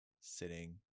sitting